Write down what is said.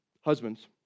husbands